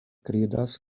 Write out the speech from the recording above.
kredas